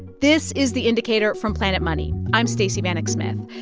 this is the indicator from planet money. i'm stacey vanek smith.